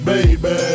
Baby